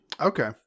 Okay